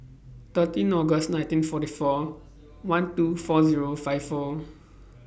thirteen August nineteen forty four one two four Zero five four